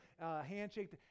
handshake